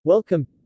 Welcome